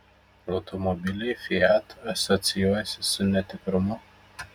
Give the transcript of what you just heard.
automobiliai fiat asocijuojasi su netikrumu